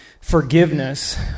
forgiveness